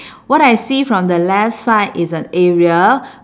what I see from the left side is an area